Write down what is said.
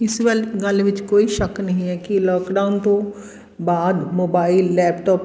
ਇਸ ਵੱਲ ਗੱਲ ਵਿੱਚ ਕੋਈ ਸ਼ੱਕ ਨਹੀਂ ਹੈ ਕਿ ਲੋਕਡਾਊਨ ਤੋਂ ਬਾਅਦ ਮੋਬਾਇਲ ਲੈਪਟੋਪ